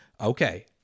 okay